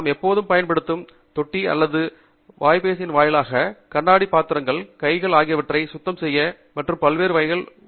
நாம் எப்போதும் பயன்படுத்தும் தொட்டி அல்லது வாஸ்பேசின் வாயிலாக கண்ணாடிபாத்திரங்கள் கைகள் ஆகியவற்றை சுத்தம் செய்ய மற்றும் பல்வேறு வகைகளில் உதவும்